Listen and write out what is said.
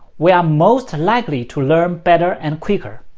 we are most likely to learn better and quicker,